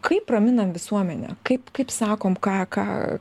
kaip raminam visuomenę kaip kaip sakom ką ką